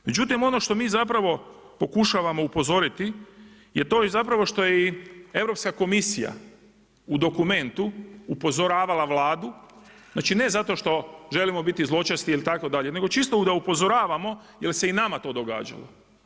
Međutim ono što mi zapravo pokušavamo upozoriti je to je zapravo što je i Europska komisija u dokumentu upozoravala Vladu, znači ne zato što želimo biti zločesti itd., nego čisto da upozoravamo jer se i nama to događalo.